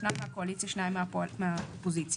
שניים מקואליציה ושניים מהאופוזיציה.